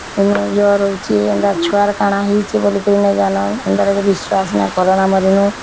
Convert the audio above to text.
ଇନୁ ଜର ହେଉଛି ଏନ୍ତା ଛୁଆର କ'ଣ ହେଇଛି ବୋଲି କରି ନେଇ ଜାନ ଏନ୍ତା କରି ବିଶ୍ୱାସ ନ କର ଆମରି ନୁ